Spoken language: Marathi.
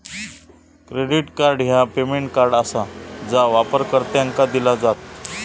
क्रेडिट कार्ड ह्या पेमेंट कार्ड आसा जा वापरकर्त्यांका दिला जात